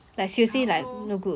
I also